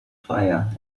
fire